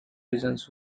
regions